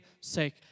sake